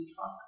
talk